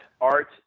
Art